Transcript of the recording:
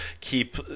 keep